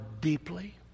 deeply